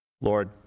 Lord